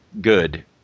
good